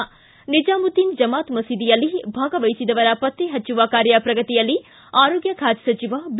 ಿ ನಿಜಾಮುದ್ದೀನ್ ಜಮಾತ್ ಮಸೀದಿಯಲ್ಲಿ ಭಾಗವಹಿಸಿದವರ ಪತ್ತೆ ಪಚ್ಚುವ ಕಾರ್ಯ ಪ್ರಗತಿಯಲ್ಲಿ ಆರೋಗ್ಯ ಖಾತೆ ಸಚಿವ ಬಿ